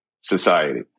Society